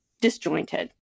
disjointed